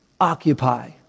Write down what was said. occupy